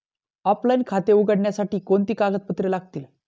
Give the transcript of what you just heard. Offline खाते उघडण्यासाठी कोणती कागदपत्रे लागतील?